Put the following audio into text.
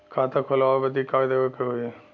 खाता खोलावे बदी का का देवे के होइ?